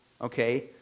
okay